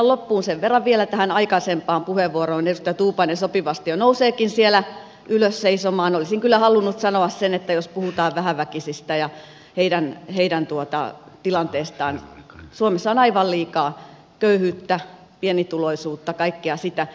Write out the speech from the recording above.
sen verran vielä tähän aikaisempaan puheenvuoroon edustaja tuupainen sopivasti jo nouseekin siellä ylös seisomaan olisin kyllä halunnut sanoa että jos puhutaan vähäväkisistä ja heidän tilanteestaan suomessa on aivan liikaa köyhyyttä pienituloisuutta kaikkea sitä